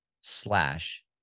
slash